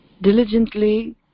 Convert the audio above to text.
Diligently